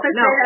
no